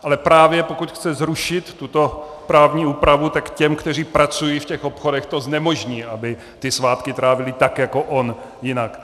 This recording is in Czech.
Ale právě pokud chce zrušit tuto právní úpravu, tak těm, kteří pracují v obchodech, to znemožní, aby svátky trávili tak jako on jinak.